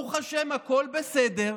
ברוך השם הכול בסדר,